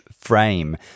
frame